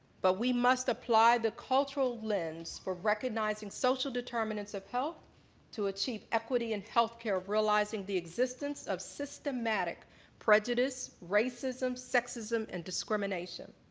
but we must apply the cultural lens for recognizing social determinants of health to achieve equity and healthcare realizing the existence of systematic prejudice, racism, sexism and discrimination.